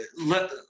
let